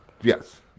Yes